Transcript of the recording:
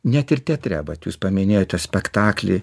net irte teatre vat jūs paminėjote spektaklį